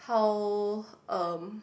how um